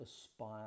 aspire